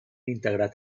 integrat